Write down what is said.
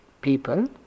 people